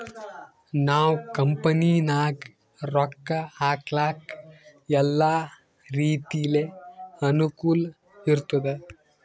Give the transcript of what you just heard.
ನಾವ್ ಕಂಪನಿನಾಗ್ ರೊಕ್ಕಾ ಹಾಕ್ಲಕ್ ಎಲ್ಲಾ ರೀತಿಲೆ ಅನುಕೂಲ್ ಇರ್ತುದ್